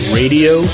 radio